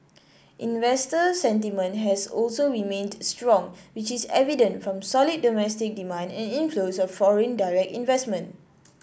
investor sentiment has also remained strong which is evident from solid domestic demand and inflows of foreign direct investment